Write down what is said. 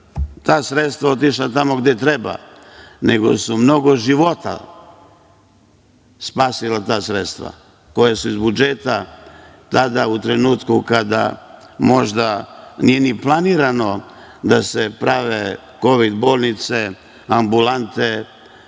ta sredstva otišla tamo gde treba, nego su mnogo života spasila ta sredstva, koja su iz budžeta, tada u trenutku kada možda nije ni planirano da se prave kovid bolnice, ambulante,